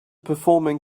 performing